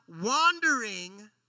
wandering